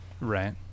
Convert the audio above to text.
Right